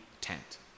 tent